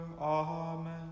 Amen